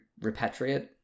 repatriate